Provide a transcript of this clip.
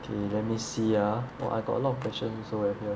okay let me see ah oh I got a lot of questions also eh here